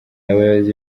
abayobozi